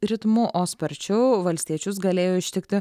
ritmu o sparčiau valstiečius galėjo ištikti